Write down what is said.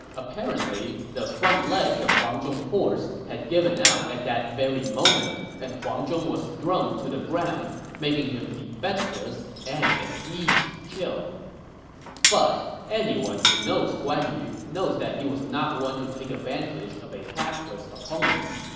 apparently the front legs of huang zhong's horse had given out at that very moment, and huang zhong was thrown to the ground, making him defenseless and an easy kill but anyone who knows guan yu knows that he was not one to take advantage of a hapless opponent.